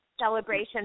celebration